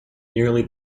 nearly